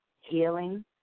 healing